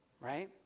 Right